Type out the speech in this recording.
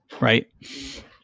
Right